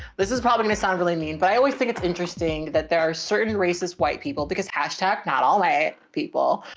this is probably gonna sound really mean, but i always think it's interesting that there are certain racist white people because hashtag not all white people,